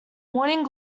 morning